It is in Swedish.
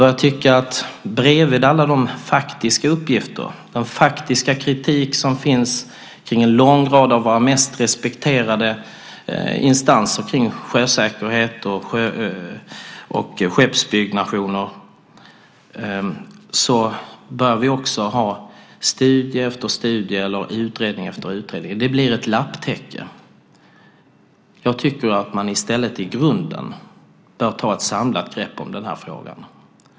Vid sidan av alla de faktiska uppgifterna och den faktiska kritik som finns kring en lång rad av våra mest respekterade instanser i fråga om sjösäkerhet och skeppsbyggnation börjar vi också få studie efter studie eller utredning efter utredning. Det blir ett lapptäcke. Jag tycker att man i stället i grunden bör ta ett samlat grepp om denna fråga.